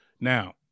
Now